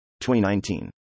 2019